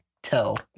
Tell